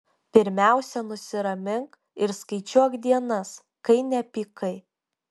pirmiausia nusiramink ir skaičiuok dienas kai nepykai